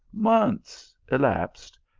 months elapsed,